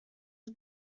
his